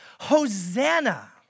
Hosanna